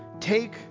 take